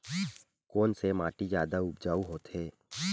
कोन से माटी जादा उपजाऊ होथे?